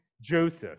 joseph